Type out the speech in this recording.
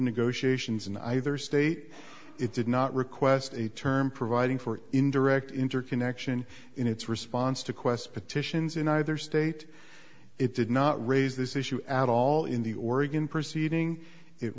negotiations in either state it did not request a term providing for indirect interconnection in its response to qwest petitions in either state it did not raise this issue at all in the oregon proceeding it